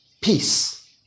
peace